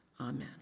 Amen